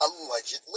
Allegedly